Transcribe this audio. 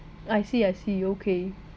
I see I see okay